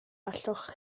allwch